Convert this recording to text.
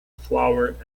flower